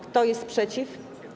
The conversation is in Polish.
Kto jest przeciw?